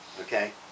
okay